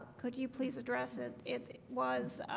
could you please address it it was